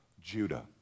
judah